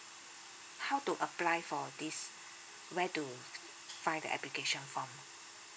how to apply for this where to find the application form